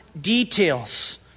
details